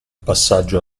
passaggio